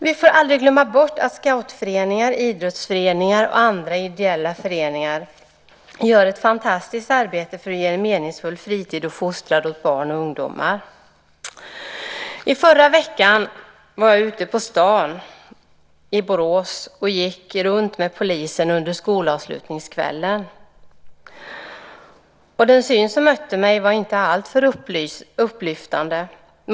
Vi får aldrig glömma bort att scoutföreningar, idrottsföreningar och andra ideella föreningar gör ett fantastiskt arbete för att ge en meningsfull fritid och fostran åt barn och ungdomar. I förra veckan var jag ute på stan i Borås och gick runt med polisen under skolavslutningskvällen. Den syn som mötte mig var inte alltför upplyftande.